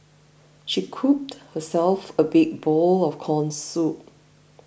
she scooped herself a big bowl of Corn Soup